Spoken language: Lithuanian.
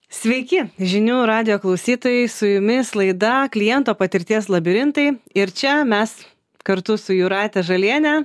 sveiki žinių radijo klausytojai su jumis laida kliento patirties labirintai ir čia mes kartu su jūrate žaliene